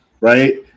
right